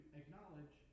acknowledge